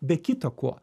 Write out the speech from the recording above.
be kita ko